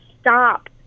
stop